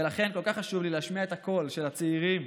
ולכן כל כך חשוב לי להשמיע את הקול של הצעירים,